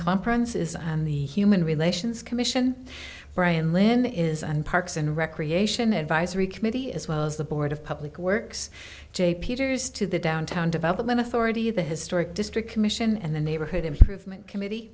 conference is on the human relations commission brian lamb is on parks and recreation advisory committee as well as the board of public works j peters to the downtown development authority the historic district commission and the neighborhood improvement committee